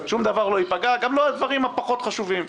שום דבר לא ייפגע, גם לא הדברים החשובים פחות.